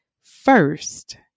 first